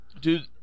Dude